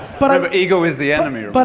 but um ego is the enemy, but